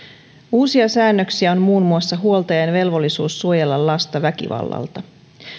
uusia säännöksiä on muun muassa huoltajan velvollisuus suojella lasta väkivallalta